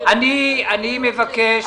אני מבקש